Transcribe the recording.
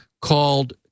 called